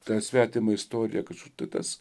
tą svetimą istoriją kad šita tai tas